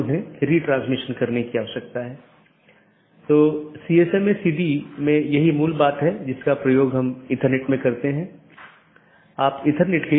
दूसरे अर्थ में यह कहने की कोशिश करता है कि अन्य EBGP राउटर को राउटिंग की जानकारी प्रदान करते समय यह क्या करता है